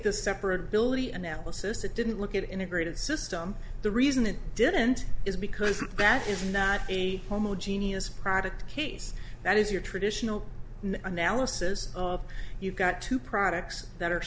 the separate bill the analysis it didn't look at integrated system the reason it didn't is because that is not a homo genius product case that is your traditional analysis of you've got two products that are